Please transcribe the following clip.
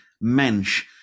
mensch